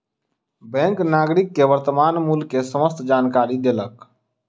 bank नागरिक के वर्त्तमान मूल्य के समस्त जानकारी देलक